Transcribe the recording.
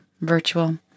virtual